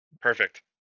Perfect